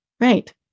right